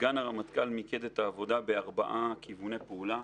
סגן הרמטכ"ל מיקד את העבודה בארבעה כיווני פעולה.